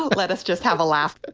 let us just have a laugh. but